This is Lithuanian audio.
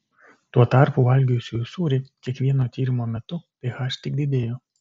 tuo tarpu valgiusiųjų sūrį kiekvieno tyrimo metu ph tik didėjo